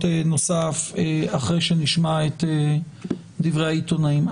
נוסף אחרי שנשמע את דברי העיתונאים.